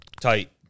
tight